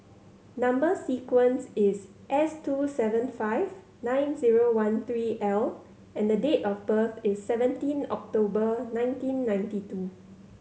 number sequence is S two seven five nine zero one three L and date of birth is seventeen October nineteen ninety two